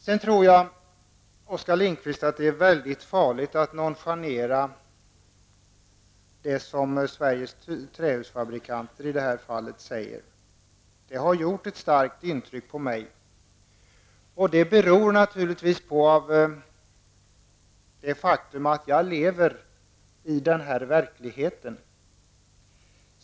Sedan tror jag, Oskar Lindkvist, att det är väldigt farligt att nonchalera det som Sveriges trähusfabrikanter säger i det här fallet. Det har gjort ett starkt intryck på mig, och det beror naturligtvis på det faktum att jag lever i deras verklighet.